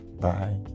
Bye